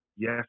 Yes